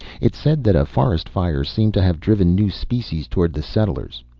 it said that a forest fire seemed to have driven new species towards the settlers.